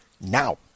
now